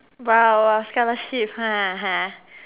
I was gonna shift